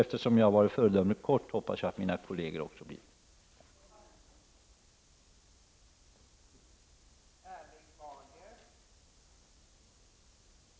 Eftersom jag har uttryckt mig föredömligt kort hoppas jag att mina kolleger också skall göra det.